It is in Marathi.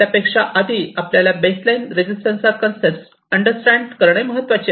त्यापेक्षा आधी आपल्याला बेसलाईन रेजिस्टन्स चा कन्सेप्ट अंडरस्टँड करणे महत्त्वाचे आहे